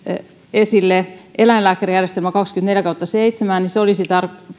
esille eläinlääkärijärjestelmä kaksikymmentäneljä kautta seitsemän olisi